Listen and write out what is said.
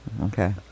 okay